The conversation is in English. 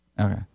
Okay